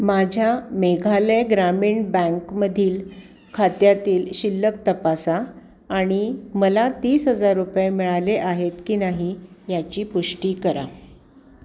माझ्या मेघालय ग्रामीण बँकमधील खात्यातील शिल्लक तपासा आणि मला तीस हजार रुपये मिळाले आहेत की नाही याची पुष्टी करा